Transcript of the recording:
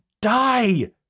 Die